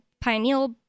pineal